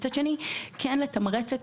מצד שני, לתמרץ את